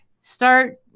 Start